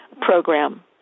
program